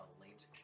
late